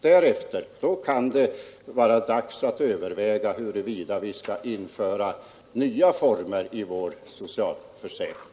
Därefter kan det vara dags att överväga huruvida vi skall införa nya former i vår socialförsäkring.